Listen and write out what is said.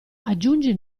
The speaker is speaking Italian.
aggiungi